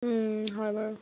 হয় বাৰু